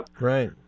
Right